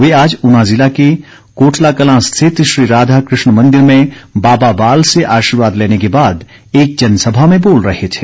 वे आज ऊना ज़िला कोटलाकलां स्थित श्री राधा कृष्ण मंदिर में बाबा बाल से आर्शीवाद लेने के बाद एक जनसभा में बोल रहे थे